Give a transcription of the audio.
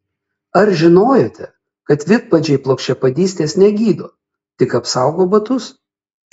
ar žinojote kad vidpadžiai plokščiapadystės negydo tik apsaugo batus